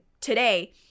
today